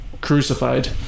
crucified